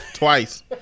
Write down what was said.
twice